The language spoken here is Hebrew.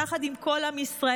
יחד עם כל עם ישראל,